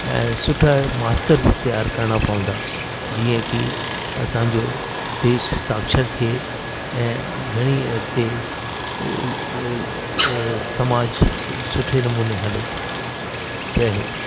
ऐं सुठा मास्टर बि तयार करणा पोहंदा जीअं की असांजो देश साक्षर थिए ऐं घणी अॻिते समाज सुठे नमूने हले जय हिंद